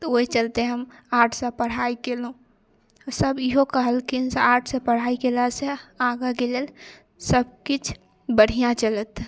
तऽ ओइ चलते हम आर्ट्ससँ पढ़ाइ कयलहुँ सब ईहो कहलखिन से आर्ट्ससँ पढ़ाइ कयलासँ आगाके लेल सबकिछु बढ़िआँ चलत